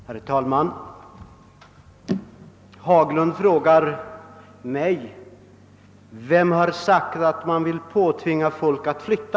Herr talman! Herr Haglund frågar mig, vem som har sagt att man vill tvinga folk att flytta.